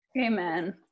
Amen